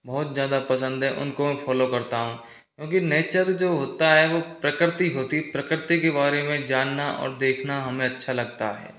बहुत ज़्यादा पसंद है उनको फॉलो करता हूँ क्योंकि नेचर जो होता है वो प्रकृति होती प्रकृति के बारे में जानना और देखना हमें अच्छा लगता है